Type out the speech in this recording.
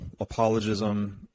apologism